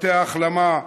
בבתי ההחלמה,